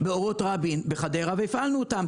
באורות רבין בחדרה והפעלנו אותן,